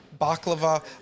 baklava